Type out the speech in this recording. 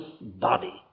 body